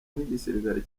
n’igisirikare